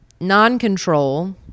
non-control